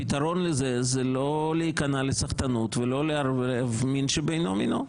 הפתרון לזה זה לא להיכנע לסחטנות ולא לערבב מין בשאינו מינו.